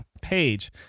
page